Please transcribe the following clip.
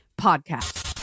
podcast